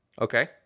Okay